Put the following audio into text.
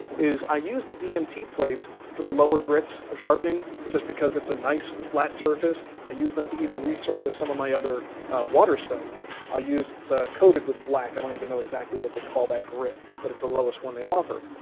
is i use the dmt plates for the lower grits of sharpening just because it's a nice flat surface i use them to even resurface some of my other water stones, but i'll use, it's ah coated with black. i don't even know exactly what they call that grit, but it's the lowest one they offer.